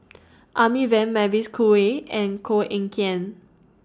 Amy Van Mavis Khoo Oei and Koh Eng Kian